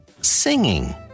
singing